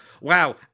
wow